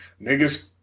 niggas